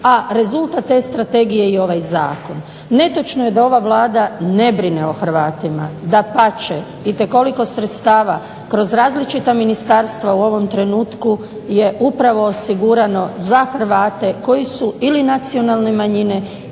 a rezultat te strategije je ovaj zakon. Netočno je da ova Vlada ne brine o Hrvatima, dapače itekoliko sredstava kroz različita ministarstva u ovom trenutku je upravo osigurano za Hrvate koji su ili nacionalne manjine